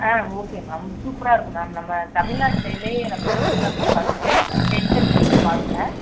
ஆ okay ma'am சூப்பரா இருக்கும் ma'am நம்ம தமிழ்நாட்டு சைடுலையே நம்ம ஸ்கூல் தான் ma'am first tenth and twelfth மார்க்ஸில்